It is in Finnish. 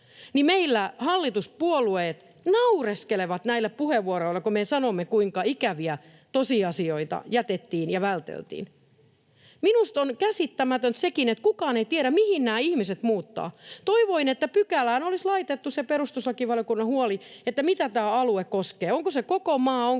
niin meillä hallituspuolueet naureskelevat näille puheenvuoroille, kun me sanomme, kuinka ikäviä tosiasioita jätettiin ja välteltiin. — Minusta on käsittämätöntä sekin, että kukaan ei tiedä, mihin nämä ihmiset muuttavat. Toivoin, että pykälään olisi laitettu se perustuslakivaliokunnan huoli, että mitä tämä alue koskee: onko se koko maa,